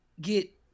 get